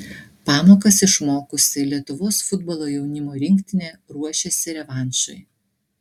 pamokas išmokusi lietuvos futbolo jaunimo rinktinė ruošiasi revanšui